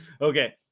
okay